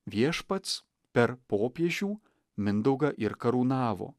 viešpats per popiežių mindaugą ir karūnavo